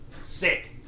sick